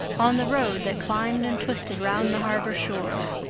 on the road that climbed and twisted round the harbor shore.